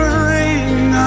ring